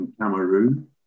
Cameroon